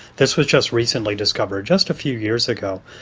this was just recently discovered just a few years ago.